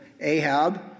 Ahab